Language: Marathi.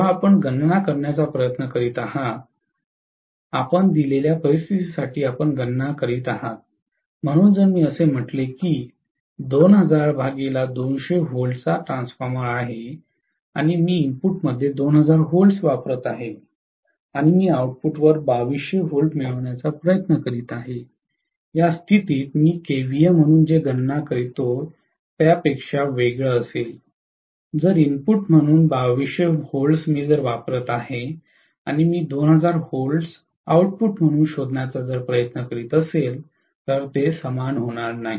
जेव्हा आपण गणना करण्याचा प्रयत्न करीत आहात आपण दिलेल्या परिस्थितीसाठी आपण गणना करीत आहात म्हणून जर मी असे म्हटले की ते 2000200 V ट्रान्सफॉर्मर आहे आणि मी इनपुटमध्ये 2000 व्होल्ट्स वापरत आहे आणि मी आउटपुटवर 2200 व्होल्ट मिळविण्याचा प्रयत्न करीत आहे या स्थितीत मी केव्हीए म्हणून जे गणित करतो त्यापेक्षा वेगळे असेल जर इनपुट म्हणून 2200 व्होल्ट वापरत असेल आणि मी 2000 व्होल्ट आउटपुट म्हणून शोधण्याचा प्रयत्न करीत असेल तर ते समान होणार नाही